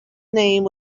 name